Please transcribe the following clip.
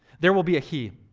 there will be a he.